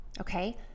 Okay